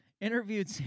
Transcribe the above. interviewed –